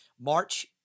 March